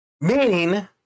Meaning